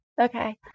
Okay